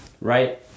right